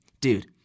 Dude